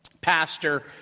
Pastor